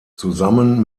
zusammen